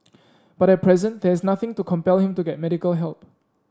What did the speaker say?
but at present there is nothing to compel him to get medical help